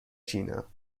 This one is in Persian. جینا